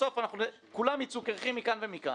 בסוף כולם ייצאו קרחים מכאן ומכאן.